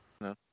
No